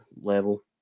level